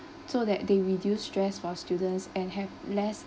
so that they reduce stress for students and have less